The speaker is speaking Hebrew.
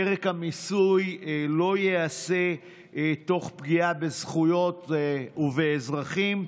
פרק המיסוי לא ייעשה תוך פגיעה בזכויות ובאזרחים,